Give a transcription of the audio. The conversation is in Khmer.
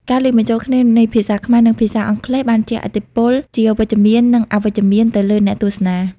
ការលាយបញ្ចូលគ្នានៃភាសាខ្មែរនិងភាសាអង់គ្លេសបានជះឥទ្ធិពលជាវិជ្ជមាននិងអវិជ្ជមានទៅលើអ្នកទស្សនា។